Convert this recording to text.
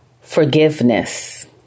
Forgiveness